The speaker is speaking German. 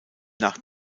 nach